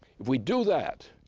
if we do that,